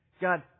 God